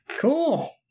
Cool